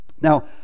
now